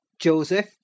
Joseph